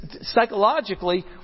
psychologically